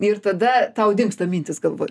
ir tada tau dingsta mintys galvoj